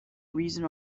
reason